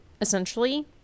essentially